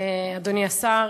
אדוני השר,